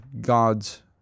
God's